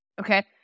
okay